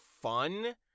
fun